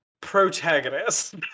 protagonist